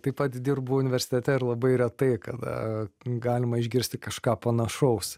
taip pat dirbu universitete ir labai retai kada galima išgirsti kažką panašaus